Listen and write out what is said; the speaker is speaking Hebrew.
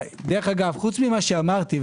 חוץ ממזה שאמרתי,